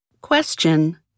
Question